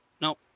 Nope